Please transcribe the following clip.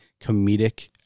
comedic